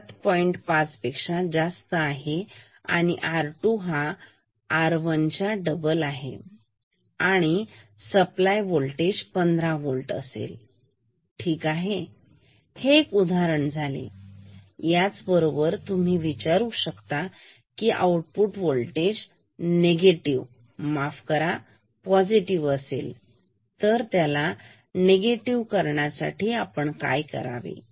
5 जर R 2 2 R 1 आणि supply voltage 15Vअसेल ठीक आहे तर हे एक उदाहरण आहे याचबरोबर तुम्ही विचारू शकता Vo आउटपुट होल्टेज निगेटिव्ह माफ करा पॉझिटिव्ह असेल तर त्याला निगेटिव्ह करण्यासाठी आपण काय करावे